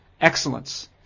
excellence